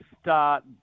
start